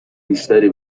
بیشتری